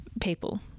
people